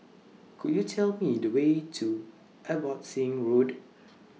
Could YOU Tell Me The Way to Abbotsingh Road